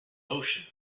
motion